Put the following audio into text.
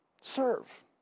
Serve